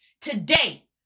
Today